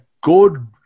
good